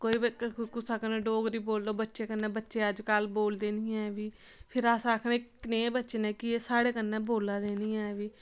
कोई कुसै कन्नै डोगरी बोलो बच्चें कन्नै बच्चे अज्जकल बोलदे नेईं ऐ बी फिर अस आक्खने कनेह् बच्चे न साढ़े कन्नै बोल्लै दे निं ऐ बी